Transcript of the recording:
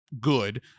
good